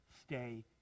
stay